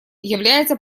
является